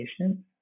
patients